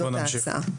זו ההצעה.